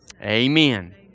amen